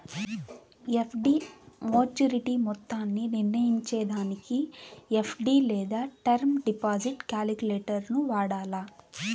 FD maturity మొత్తాన్ని నిర్నయించేదానికి FD లేదా టర్మ్ డిపాజిట్ కాలిక్యులేటరును వాడాల